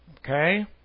Okay